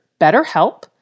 BetterHelp